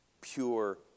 pure